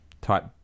type